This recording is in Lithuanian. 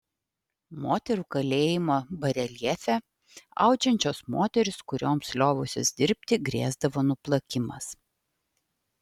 moterų kalėjimo bareljefe audžiančios moterys kurioms liovusis dirbti grėsdavo nuplakimas